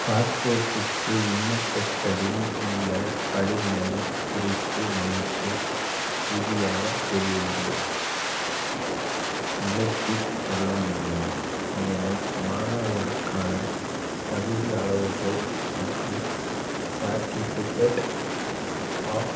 பாஸ்போர்ட்டுக்கு விண்ணப்பிப்பதில் உள்ள படிநிலைகள் குறித்து எனக்கு உறுதியாக தெரியவில்லை விளக்கி சொல்ல முடியுமா மேலும் மாணவர்களுக்கான தகுதி அளவுகோல் மற்றும் சார்டிஃபிகேட் ஆஃப்